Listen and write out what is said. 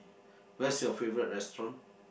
where's your favourite restaurant